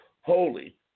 holy